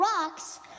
rocks